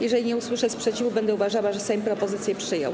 Jeżeli nie usłyszę sprzeciwu, będę uważała, że Sejm propozycje przyjął.